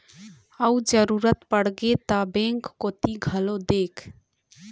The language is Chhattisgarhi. अउ जरुरत पड़गे ता बेंक कोती घलोक देख